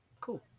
Cool